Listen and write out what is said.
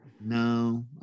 no